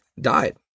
died